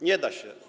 Nie da się.